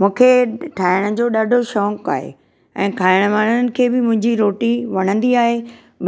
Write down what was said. मूंखे ठाइणु जो ॾाढो शौक़ु आहे ऐं खाइणु वारनि खे बि मुंहिंजी रोटी वणंदी आहे